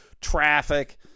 Traffic